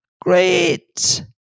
Great